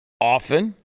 often